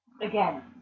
Again